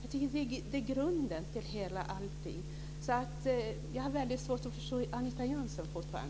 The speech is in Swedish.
Det är grunden till allting. Jag har fortfarande väldigt svårt att förstå Anita Jönsson.